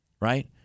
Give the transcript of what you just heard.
right